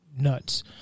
nuts